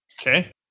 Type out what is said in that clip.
Okay